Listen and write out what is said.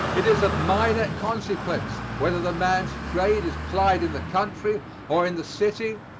it is of minor consequence whether the man's trade is plied in the country or in the city,